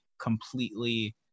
completely